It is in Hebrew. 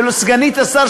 סגנית השר,